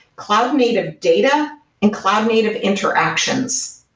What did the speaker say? cloud native data and cloud native interactions.